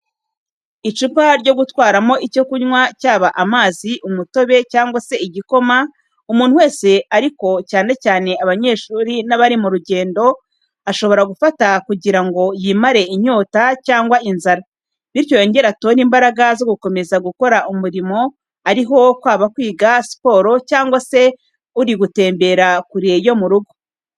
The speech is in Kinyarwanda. Icupa ryo gutwaramo icyo kunywa cyaba amazi, umutobe cyangwa se igikoma, umuntu wese ariko cyane cyane abanyeshuri n'abari mu rugendo, ashobora gufata kugira ngo yimare inyota cyangwa inzara, bityo yongere atore imbaraga zo gukomeza gukora umurimo ariho kwaba kwiga, siporo cyangwa se uri gutembera kure yo mu rugo.